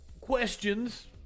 questions